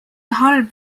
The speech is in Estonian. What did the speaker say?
halb